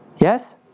Yes